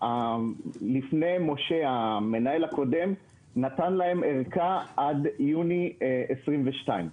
לפני משה, המנהל הקודם נתן להם ארכה עד יוני 2022,